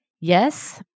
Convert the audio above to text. yes